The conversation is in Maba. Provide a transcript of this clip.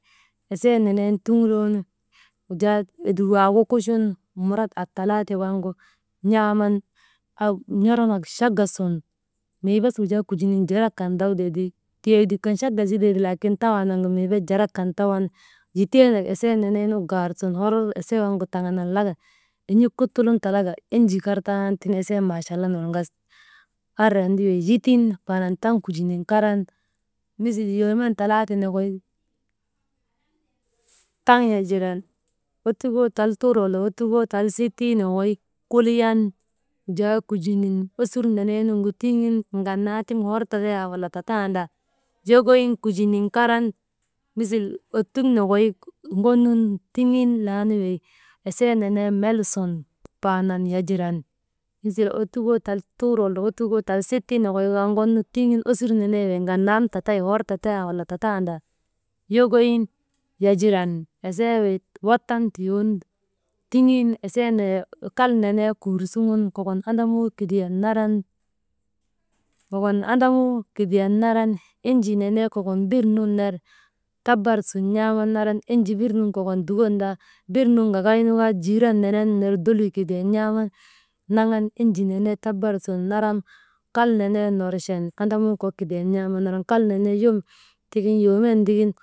Esee nenen turŋaanu, wujaa edik waagu kuchun, muurat ab talaate waŋgu n̰aaman,«hesitation» n̰oronak chaga sun mii bes kujaa kujinin jarak kan dawtee ti, tiedik kan chaga zitee ti laki tawaa nu mii bes jarak kan tawan yiteenam esee nee nu gaar sun hor esee waŋgu taŋanan laka en̰ik kutulun talaka enjiikar taanaanu tiŋ eseenu maachalla nur gasti andriyan ti wey yitin faanan taŋ kujinin karan misil yoomen, talaate nokoy taŋ yagiran, ottukoo, tal tuur wala ottukoo tal sitii, nokoy kuliyan. Wujaa kujinin osus neneemugu tiŋin ŋannaanti tiŋ hor tatayaa wala tattaandaa wokoyi kujininkaran misil ottuk nokoy ŋonun tiŋin laanu wey esee nenen mel sun panan yagiran misil ottukoo tal tuur wala ottukoo tal sitii nokoy kaa ŋonu tiŋin osur nenen wey ganan tatay hor tatayaa wala tatandaa yokoyin yagiran, esee wey wattam tuyoonu tiŋin «hesitation » kal nenee kuur suŋun kokon andamuu kidiyan naran « hesitation », enjii nenee kokon bir nun ner tabar sun n̰aaman naran, enjii bir nun kokon dukondaa, bir nun gagaynu kaa jiiran nenen ner doluu kidiyan n̰aaman naŋaan enjii nenee tabar sun naran kal nenen norchen andamuu kok kidiyan n̰aaman naran kal nenee yom tigin, yoomen tigin.